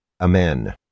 Amen